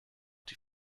die